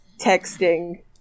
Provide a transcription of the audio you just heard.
texting